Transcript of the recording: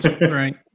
right